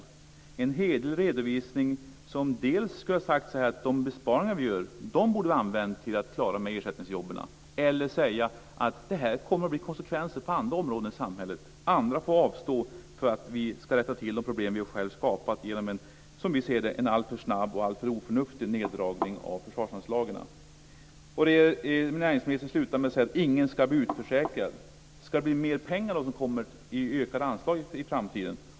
Det ska vara en hederlig redovisning där det antingen framkommer att de besparingar som görs används för ersättningsjobben eller där det framkommer att det blir konsekvenser på andra områden i samhället - andra får avstå för att rätta till de problem vi själva har skapat genom en alltför snabb och oförnuftig neddragning av försvarsanslagen. Näringsministern slutade med att säga att ingen skulle bli utförsäkrad. Ska det bli mer pengar genom ökade anslag i framtiden?